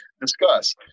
discuss